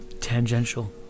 tangential